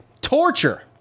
torture